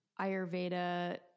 ayurveda